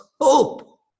hope